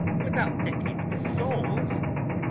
without thinking of souls!